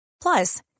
Plus